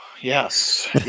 Yes